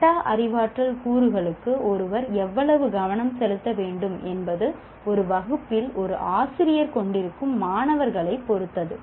meta அறிவாற்றல் கூறுகளுக்கு ஒருவர் எவ்வளவு கவனம் செலுத்த வேண்டும் என்பது ஒரு வகுப்பில் ஒரு ஆசிரியர் கொண்டிருக்கும் மாணவர்களை பொறுத்தது